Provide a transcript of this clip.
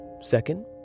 Second